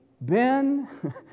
ben